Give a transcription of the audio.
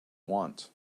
want